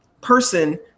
person